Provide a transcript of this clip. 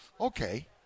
okay